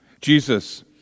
Jesus